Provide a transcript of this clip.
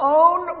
own